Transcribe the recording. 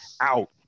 out